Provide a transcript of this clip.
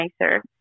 nicer